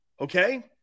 okay